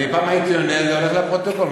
אני פעם הייתי עונה וזה היה הולך לפרוטוקול,